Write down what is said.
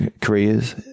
careers